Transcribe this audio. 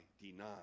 deny